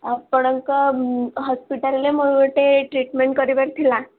ଆପଣଙ୍କ ହସ୍ପିଟାଲ୍ରେ ମୋର ଗୋଟେ ଟ୍ରିଟ୍ମେଣ୍ଟ କରିବାର ଥିଲା